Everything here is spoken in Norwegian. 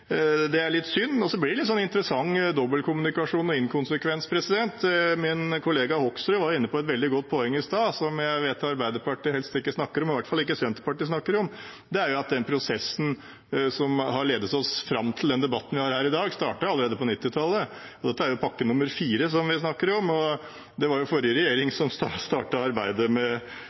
Det er litt synd. Det blir en litt interessant dobbeltkommunikasjon og inkonsekvens. Min kollega, Hoksrud, var inne på et veldig godt poeng i stad, som jeg vet Arbeiderpartiet helst ikke snakker om, og i hvert fall ikke Senterpartiet, og det er at den prosessen som har ledet oss fram til den debatten vi har her i dag, startet allerede på 1990-tallet. Dette er den fjerde pakken vi snakker om, og det var forrige regjering som startet arbeidet med